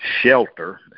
Shelter